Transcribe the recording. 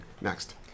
Next